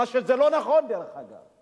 מה שלא נכון, דרך אגב.